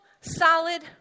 solid